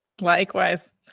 Likewise